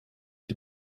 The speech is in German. die